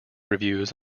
reviews